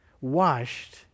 washed